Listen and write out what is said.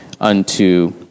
unto